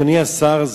אדוני השר,